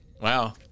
Wow